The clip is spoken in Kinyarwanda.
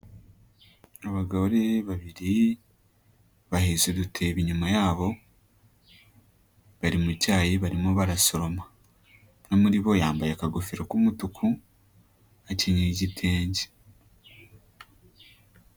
Abagore babiri bahetse udutebo inyuma yabo, bari mu cyayi barimo barasoroma, umwe muri bo yambaye akagofero k'umutuku, akenyeye igitenge.